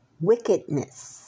wickedness